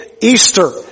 Easter